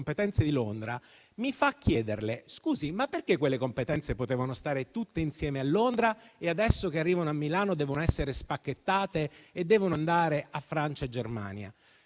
a chiederle: perché quelle competenze potevano stare tutte insieme a Londra e adesso che arrivano a Milano devono essere spacchettate e devono andare a Francia e Germania?